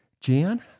Jan